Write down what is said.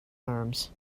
arms